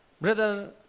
Brother